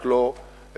רק לא דלא-ניידי.